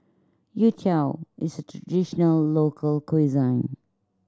youtiao is a traditional local